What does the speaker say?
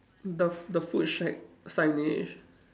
the f~ the food shack signage